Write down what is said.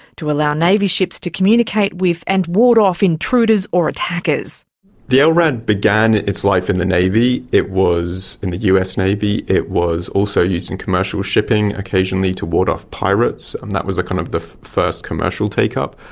to allow navy ships to communicate with and ward off intruders or attackers. the lrad began its life in the navy. it was in the us navy, it was also used in commercial shipping occasionally to ward off pirates, um that was the kind of the first commercial take-up.